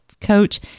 coach